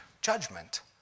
judgment